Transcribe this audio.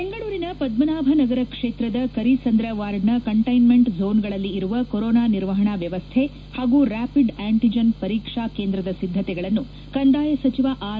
ಬೆಂಗಳೂರಿನ ಪದ್ದನಾಭ ನಗರ ಕ್ಷೇತ್ರದ ಕರೀಸಂದ್ರ ವಾರ್ಡ್ನ ಕಂಟ್ಟೆನ್ಮೆಂಟ್ ಝೋನ್ಗಳಲ್ಲಿ ಇರುವ ಕೊರೋನಾ ನಿರ್ವಹಣಾ ವ್ಯವಸ್ಥೆ ಹಾಗೂ ರ್್ಯಾಪಿಡ್ ಅಂಟಿಜೆನ್ ಪರೀಕ್ಷಾ ಕೇಂದ್ರದ ಸಿದ್ದತೆಗಳನ್ನು ಕಂದಾಯ ಸಚಿವ ಆರ್